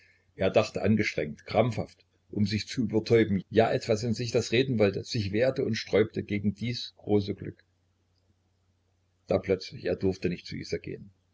er dachte angestrengt krampfhaft um sich zu übertäuben ja etwas in sich das reden wollte sich wehrte und sträubte gegen dies große glück da plötzlich er durfte nicht zu isa gehen